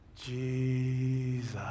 Jesus